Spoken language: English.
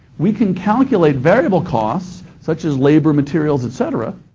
we can calculate variable costs, such as labor, materials, etc,